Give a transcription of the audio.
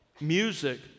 music